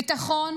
ביטחון